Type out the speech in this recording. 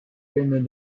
peine